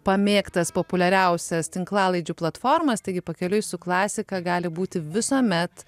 pamėgtas populiariausias tinklalaidžių platformas taigi pakeliui su klasika gali būti visuomet